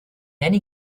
any